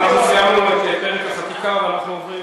סיימנו את פרק החקיקה ואנחנו עוברים